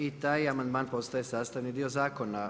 I taj amandman postaje sastavni dio zakona.